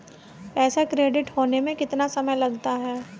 पैसा क्रेडिट होने में कितना समय लगता है?